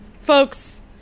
folks